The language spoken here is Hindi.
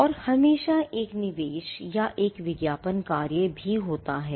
और हमेशा एक निवेश या एक विज्ञापन कार्य भी होता है